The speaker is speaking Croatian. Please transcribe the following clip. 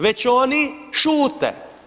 Već oni šute.